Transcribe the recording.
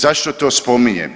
Zašto to spominjem?